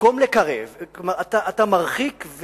במקום לקרב, אתה מרחיק.